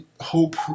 hope